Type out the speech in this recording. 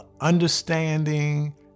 Understanding